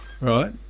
Right